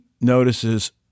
notices